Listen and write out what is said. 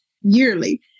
yearly